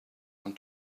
and